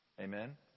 Amen